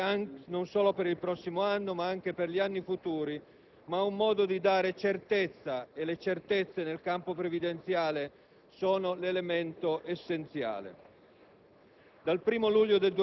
pubbliche, non solo per il prossimo anno ma anche per gli anni futuri, ma è un modo per dare certezza e le certezze nel campo previdenziale sono un elemento essenziale.